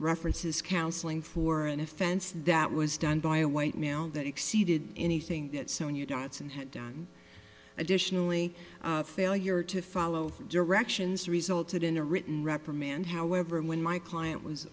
references counseling for an offense that was done by a white male that exceeded anything that sonia dotson had done additionally failure to follow directions resulted in a written reprimand however when my client was